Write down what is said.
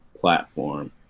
platform